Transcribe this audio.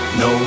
no